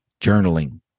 journaling